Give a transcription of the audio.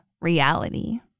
reality